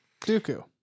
Dooku